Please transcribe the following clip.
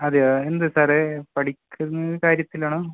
അതെയോ എന്ത് സാറേ പഠിക്കുന്ന കാര്യത്തിലാണോ